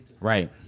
Right